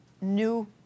new